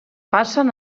passen